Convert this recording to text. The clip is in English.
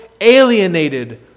alienated